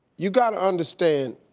you gotta understand,